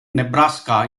nebraska